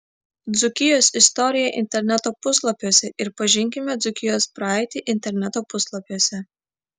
dzūkijos istorija interneto puslapiuose ir pažinkime dzūkijos praeitį interneto puslapiuose